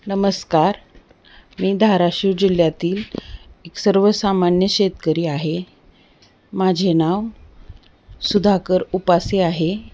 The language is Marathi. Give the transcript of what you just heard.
नमस्कार मी धाराशिव जिल्ह्यातील एक सर्वसामान्य शेतकरी आहे माझे नाव सुधाकर उपासे आहे